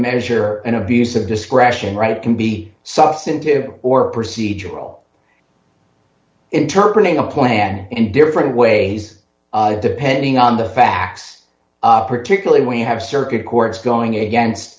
measure an abuse of discretion right can be substantive or procedural interpret the plan in different ways depending on the facts particularly when you have circuit courts going against